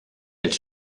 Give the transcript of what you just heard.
elle